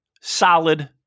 solid